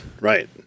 Right